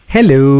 Hello